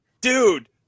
dude